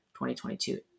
2022